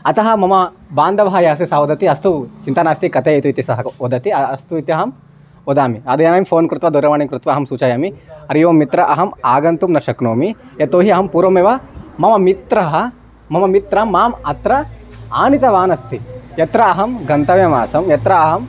अतः मम बान्धवाः यः अस्ति सः वदति अस्तु चिन्ता नास्ति कथयतु इति सः वदति अस्तु इति अहं वदामि तद्याने फ़ोन् कृत्वा दूरवाणीं कृत्वा अहं सूचयामि हरिः ओम् मित्र अहम् आगन्तुं न शक्नोमि यतोऽहि अहं पूर्वमेव मम मित्रं मम मित्रं माम् अत्र आनीतवान् अस्ति यत्र अहं गन्तव्यम् आसं यत्र अहं